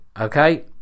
okay